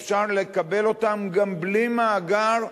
אפשר לקבל אותה גם בלי מאגר,